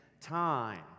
time